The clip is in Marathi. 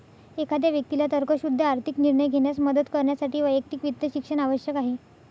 एखाद्या व्यक्तीला तर्कशुद्ध आर्थिक निर्णय घेण्यास मदत करण्यासाठी वैयक्तिक वित्त शिक्षण आवश्यक आहे